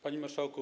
Panie Marszałku!